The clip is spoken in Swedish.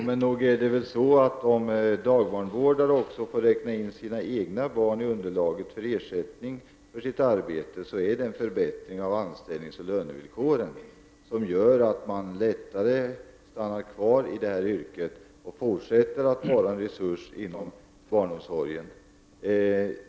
Herr talman! Men om dagbarnvårdare får räkna in egna barn i underlaget för ersättning för arbete är det en förbättring av anställningsoch lönevillkoren. Det gör att man lättare stannar kvar i yrket och fortsätter att vara en resurs för barnomsorgen.